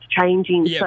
changing